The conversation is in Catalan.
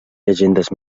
llegendes